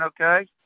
okay